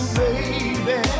baby